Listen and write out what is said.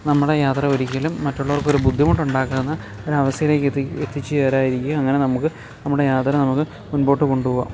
നമ്മുടെ യാത്ര ഒരിക്കലും മറ്റുള്ളവർക്കൊരു ബുദ്ധിമുട്ടുണ്ടാക്കാതെ ഒരവസ്ഥയിലേക്ക് എത്തിച്ചേരാതിരിക്കുകയും അങ്ങനെ നമുക്ക് നമ്മുടെ യാത്ര നമുക്ക് മുൻപോട്ട് കൊണ്ടുപോവാം